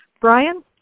Brian